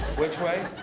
which way?